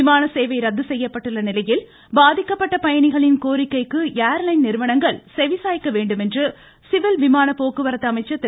விமான சேவை ரத்து செய்யப்பட்டுள்ள நிலையில் பாதிக்கப்பட்ட பயணிகளின் கோரிக்கைக்கு ஏர் லைன் நிறுவனங்கள் செவி சாய்க்க வேண்டும் என்று சிவில் விமான போக்குவரத்து அமைச்சர் திரு